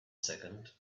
second